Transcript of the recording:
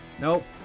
Nope